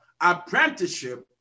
apprenticeship